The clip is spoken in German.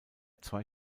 zwei